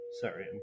sorry